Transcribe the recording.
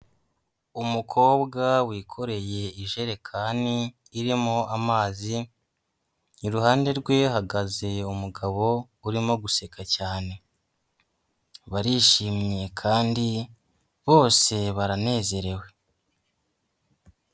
Umukobwa wikoreye ijerekani irimo amazi, iruhande rwe hahagaze umugabo urimo guseka cyane, barishimye kandi bose baranezerewe.